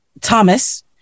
Thomas